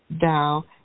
thou